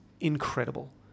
incredible